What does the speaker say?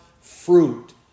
fruit